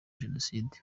jenoside